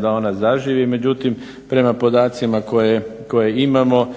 da ona zaživi, međutim prema podacima koje imamo